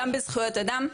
גם בזכויות אדם,